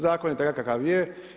Zakon je takav kakav je.